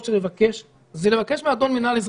צריך זה לבקש מאדון המינהל האזרחי,